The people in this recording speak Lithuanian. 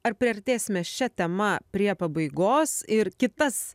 ar priartėsime šia tema prie pabaigos ir kitas